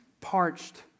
parched